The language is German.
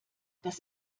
das